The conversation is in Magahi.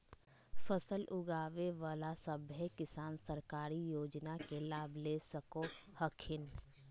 फसल उगाबे बला सभै किसान सरकारी योजना के लाभ ले सको हखिन